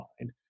mind